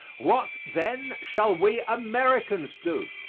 what, then, shall we americans do?